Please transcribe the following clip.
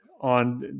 on